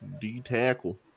D-tackle